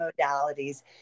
modalities